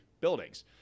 buildings